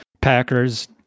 packers